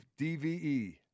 DVE